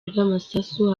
rw’amasasu